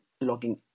logging